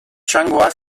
txangoa